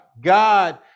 God